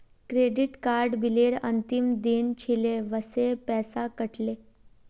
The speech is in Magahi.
क्रेडिट कार्ड बिलेर अंतिम दिन छिले वसे पैसा कट ले